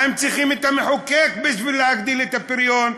מה הם צריכים את המחוקק בשביל להגדיל את הפריון?